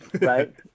right